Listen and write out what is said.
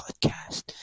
podcast